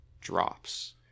drops